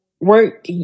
work